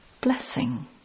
Blessing